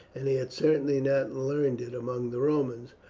and he had certainly not learned it among the romans,